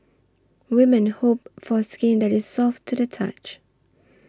women hope for skin that is soft to the touch